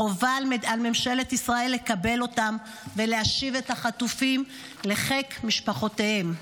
חובה על ממשלת ישראל לקבל אותם ולהשיב את החטופים לחיק משפחותיהם.